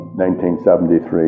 1973